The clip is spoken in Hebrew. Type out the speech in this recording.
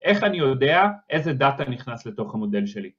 ‫איך אני יודע איזה דאטה ‫נכנס לתוך המודל שלי?